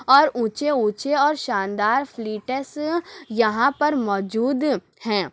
اور اونچے اونچے اور شاندار فلیٹس یہاں پر موجود ہیں